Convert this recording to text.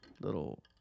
little